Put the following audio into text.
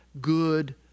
good